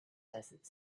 desert